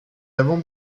avons